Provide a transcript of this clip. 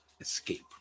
Escape